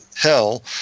Hell